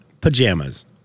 pajamas